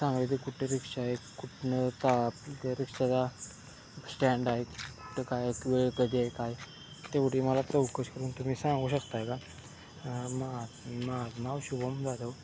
सांगाय ते कुठे रिक्षा ए कुठनं ताप रिक्षाचा स्टँड आए कुठं काय एक वेळ कधी आहे काय तेवढी मला तं उपकश करून तुम्ही सांगू शकताय का मा महात्माव शुभम जाधव